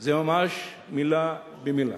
זה ממש מלה במלה,